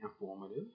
informative